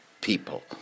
people